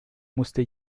musste